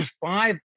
five